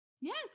Yes